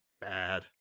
bad